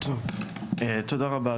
תודה רבה,